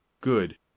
Good